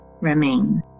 remain